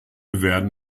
werden